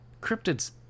cryptids